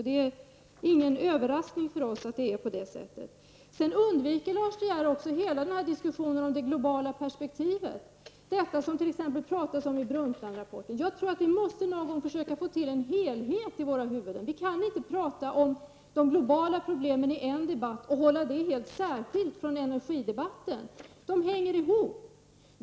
Det är ingen överrasning för oss att det är på det sättet. Lars De Geer undviker också hela diskussionen om det globala perspektivet. Det talas om det i t.ex. Brundtlandrapporten. Jag tror att vi någon gång måste försöka få till en helhet i våra huvuden. Vi kan inte tala om de globala problemen i en debatt och hålla de helt särskilda från energidebatten. De hänger ihop.